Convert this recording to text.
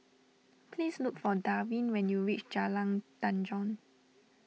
please look for Darwin when you reach Jalan Tanjong